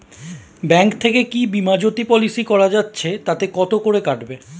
Bank থেকে কী Bima Jyoti policy করা যাচ্ছে তাতে কত করে কাটবে?